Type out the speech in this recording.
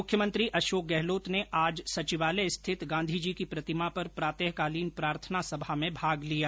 मुख्यमंत्री अशोक गहलोत ने आज संचिवालय स्थित गांधी की प्रतिमा पर प्रातःकालीन प्रार्थना सभा में भाग लिया